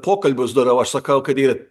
pokalbius darau aš sakau kad yr